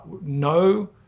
no